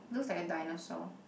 looks like a dinosaur